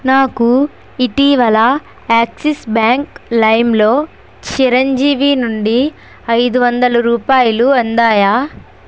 నాకు ఇటీవల Axis Bank లైమ్లో చిరంజీవి నుండి ఐదు వందల రూపాయలు అందాయా